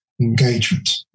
engagement